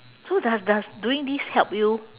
so does does doing this help you